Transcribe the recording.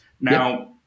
now